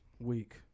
week